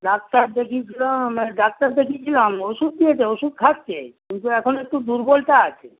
doctor দেখিয়েছিলাম doctor দেখিয়েছিলাম ওষুধ দিয়েছে ওষুধ খাছে কিন্তু এখন একটু দুর্বলতা আছে